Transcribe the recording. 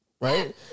Right